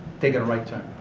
takin' a right turn.